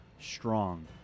strong